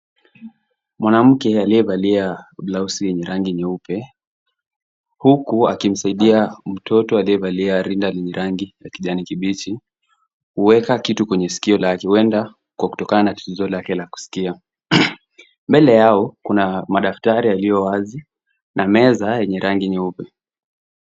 Mwanamke aliyevalia blausi yenye rangi nyeupe huku akimsadia mtoto aliyevalia rinda lenye rangi ya kijani kibichi kuweka kitu kwenye sikio lake huenda kutokana na tatizo lake la kusikia. Mbele yao kuna madaftari yaliyo wazi na meza yenye rangi nyeupe.